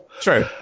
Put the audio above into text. True